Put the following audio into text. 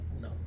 no